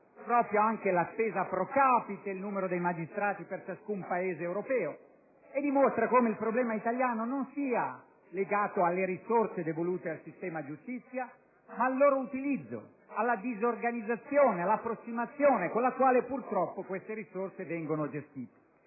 analizzando la spesa *pro capite* e il numero dei magistrati per ciascun Paese europeo, e dimostra come il problema italiano non sia legato alle risorse devolute al sistema giustizia, ma al loro utilizzo, alla disorganizzazione, all'approssimazione con la quale, purtroppo, esse vengono gestite;